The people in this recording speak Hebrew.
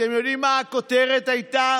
אתם יודעים מה הכותרת הייתה?